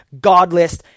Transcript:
godless